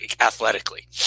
athletically